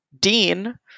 Dean